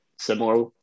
similar